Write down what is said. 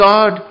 God